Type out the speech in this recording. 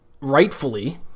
rightfully